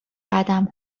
قدم